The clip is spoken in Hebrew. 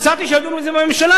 הצעתי שיעבירו את זה בממשלה.